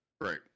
Right